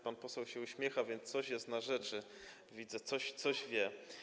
Pan poseł się uśmiecha, więc coś jest na rzeczy, widzę, że coś wie.